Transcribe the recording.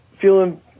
feeling